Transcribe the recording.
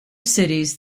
cities